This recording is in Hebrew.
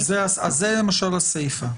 אז זה למשל הסיפה.